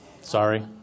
Sorry